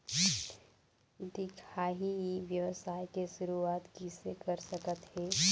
दिखाही ई व्यवसाय के शुरुआत किसे कर सकत हे?